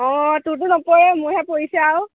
অঁ তোৰতো নপৰে মোৰহে পৰিছে আৰু